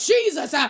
Jesus